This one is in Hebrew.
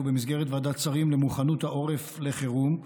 במסגרת ועדת שרים למוכנות העורף לחירום.